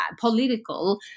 political